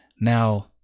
now